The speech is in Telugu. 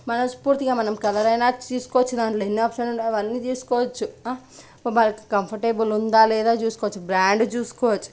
మనస్ఫూర్తిగా మనం కలర్ నచ్చి తీసుకోవచ్చు దాంట్లో ఎన్ని ఆప్షన్లు ఉన్నాయో అవన్నీ తీసుకోవచ్చు వాళ్ళు కంఫర్టబుల్ ఉందా లేదా చూసుకోవచ్చు బ్రాండ్ చూసుకోవచ్చు